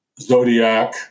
Zodiac